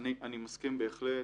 אני מסכים בהחלט.